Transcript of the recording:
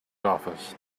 office